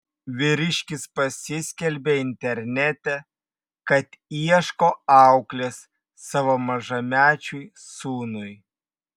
vyriškis pasiskelbė internete kad ieško auklės savo mažamečiui sūnui